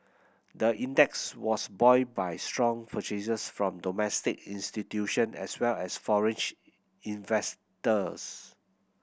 the index was buoyed by strong purchases from domestic institution as well as investors